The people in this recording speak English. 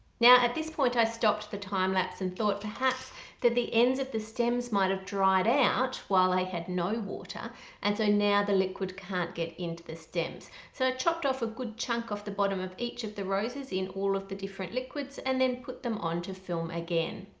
now at this point i stopped the time-lapse and thought perhaps that the ends of the stems might have dried out while they had no water and so now the liquid can't get into the stems so i chopped off a good chunk off the bottom of each of the roses in all of the different liquids and then put them on to film again.